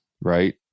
right